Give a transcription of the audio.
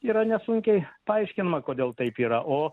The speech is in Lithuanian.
yra nesunkiai paaiškina kodėl taip yra o